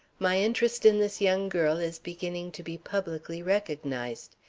my interest in this young girl is beginning to be publicly recognized.